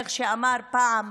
איך אמר פעם